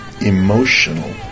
emotional